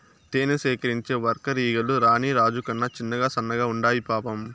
తేనె సేకరించే వర్కర్ ఈగలు రాణి రాజు కన్నా చిన్నగా సన్నగా ఉండాయి పాపం